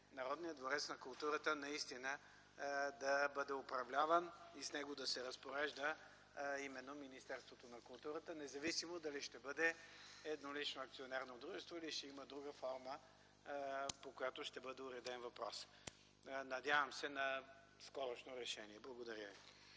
Народният дворец на културата наистина да бъде управляван и с него да се разпорежда Министерството на културата, независимо дали ще бъде еднолично акционерно дружество или ще има друга форма, под която да бъде уреден въпросът. Надявам се на скорошно решение. Благодаря.